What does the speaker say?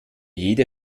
jede